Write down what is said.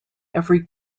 every